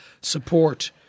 support